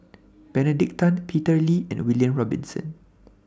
Benedict Tan Peter Lee and William Robinson